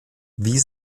wie